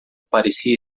parecia